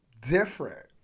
different